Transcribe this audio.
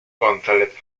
gonzález